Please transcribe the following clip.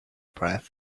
breath